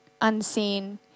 unseen